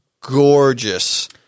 gorgeous